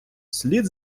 слід